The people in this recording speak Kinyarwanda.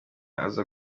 aza